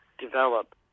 develop